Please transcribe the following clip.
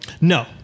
No